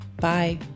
Bye